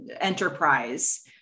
enterprise